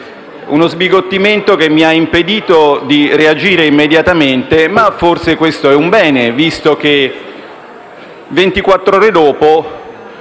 Uno sbigottimento che mi ha impedito di reagire immediatamente, ma forse questo è stato un bene, visto che,